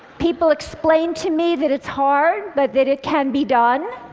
people explain to me that it's hard, but that it can be done.